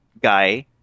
guy